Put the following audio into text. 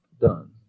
done